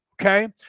Okay